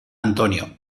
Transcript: antonio